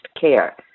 care